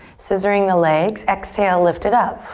scissoring the legs. exhale, lift it up.